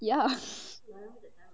ya